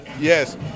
Yes